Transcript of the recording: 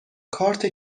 کارت